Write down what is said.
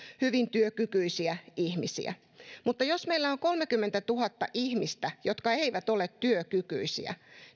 hyvin työkykyisiä ihmisiä jos meillä on kolmekymmentätuhatta ihmistä jotka eivät ole työkykyisiä